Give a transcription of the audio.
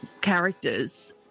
characters